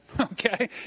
okay